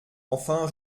enfin